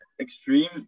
extreme